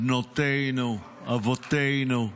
בנותינו, אבותינו.